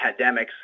pandemics